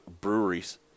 breweries